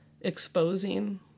Exposing